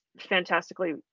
fantastically